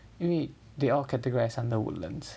因为 they all categorised under Woodlands